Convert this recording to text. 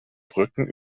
brücken